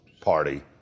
party